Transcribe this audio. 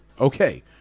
okay